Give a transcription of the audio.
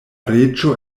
reĝo